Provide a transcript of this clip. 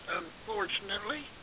unfortunately